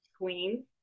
queen